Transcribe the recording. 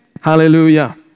Hallelujah